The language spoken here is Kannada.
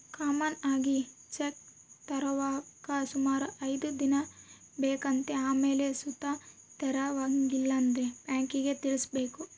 ಕಾಮನ್ ಆಗಿ ಚೆಕ್ ತೆರವಾಗಾಕ ಸುಮಾರು ಐದ್ ದಿನ ಬೇಕಾತತೆ ಆಮೇಲ್ ಸುತ ತೆರವಾಗಿಲ್ಲಂದ್ರ ಬ್ಯಾಂಕಿಗ್ ತಿಳಿಸ್ಬಕು